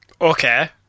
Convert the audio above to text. Okay